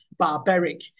Barbaric